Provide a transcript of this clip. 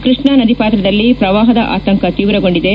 ಕೃಷ್ಣ ನದಿ ಪಾತ್ರದಲ್ಲಿ ಪ್ರವಾಹದ ಆತಂಕ ತೀವ್ರಗೊಂಡಿದೆ